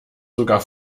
sogar